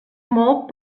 molt